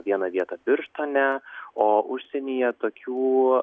vieną vietą birštone o užsienyje tokių